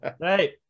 right